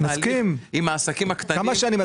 רוויזיה על הסתייגות מספר 112. מי בעד קבלת הרוויזיה?